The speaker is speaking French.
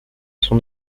son